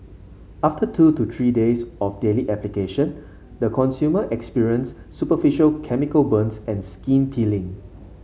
after two to three days of daily application the consumer experienced superficial chemical burns and skin peeling